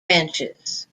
branches